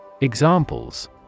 Examples